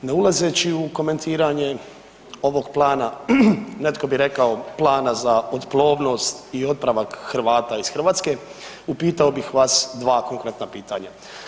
Ne ulazeći u komentiranje ovog plana, netko bi rekao plana za otplovnost i otpravak Hrvata iz Hrvatske, upitao bih vas dva konkretna pitanja.